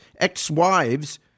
ex-wives